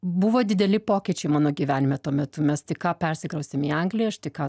buvo dideli pokyčiai mano gyvenime tuo metu mes tik ką persikraustėm į angliją aš tik ką